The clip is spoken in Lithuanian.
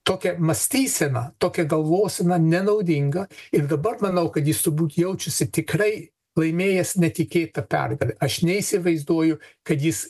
tokia mąstysena tokia galvosena nenaudinga ir dabar manau kad jis turbūt jaučiasi tikrai laimėjęs netikėtą pergalę aš neįsivaizduoju kad jis